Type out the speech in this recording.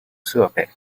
设备